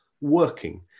working